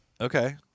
Okay